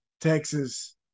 Texas